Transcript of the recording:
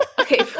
okay